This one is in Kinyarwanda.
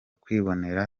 kwibonera